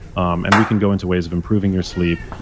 um and we can go into ways of improving your sleep,